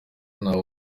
nta